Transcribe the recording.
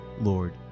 Lord